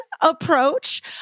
Approach